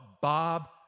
Bob